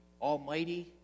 almighty